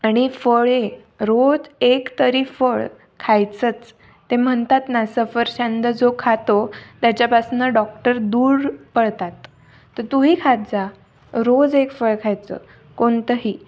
आणि फळे रोज एक तरी फळ खायचंच ते म्हणत ना सफरचंद जो खातो त्याच्यापासून डॉक्टर दूर पळतात तर तूही खात जा रोज एक फळ खायचं कोणतंही